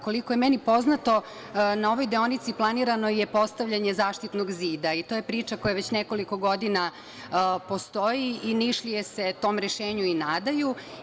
Koliko je meni poznato, na ovoj deonici planirano je postavljanje zaštitnog zida i to je priča koja već nekoliko godina postoji i Nišlije se tom rešenju i nadaju.